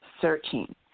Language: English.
searching